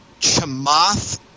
Chamath